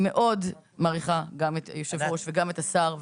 אני מאוד מעריכה גם את היושב-ראש וגם את השר,